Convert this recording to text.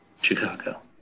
Chicago